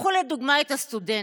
קחו לדוגמה את הסטודנטים.